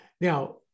Now